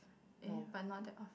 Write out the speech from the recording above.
eh but not that